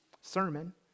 sermon